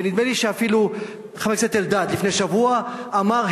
ונדמה לי שאפילו חבר הכנסת אלדד לפני שבוע אמר,